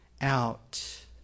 out